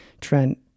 Trent